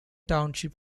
township